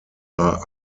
are